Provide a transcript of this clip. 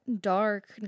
dark